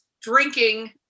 drinking